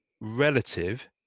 relative